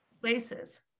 places